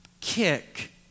kick